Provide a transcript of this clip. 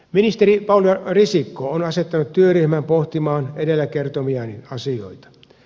ministeri paula risikko on asettanut työryhmän pohtimaan edellä kertomiani asioita